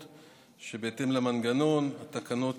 הקודמות, ובהתאם למנגנון התקנות